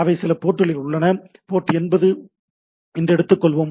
அவை சில போர்ட்களில் உள்ளன போர்ட் 80 என்று எடுத்துக் கொள்வோம்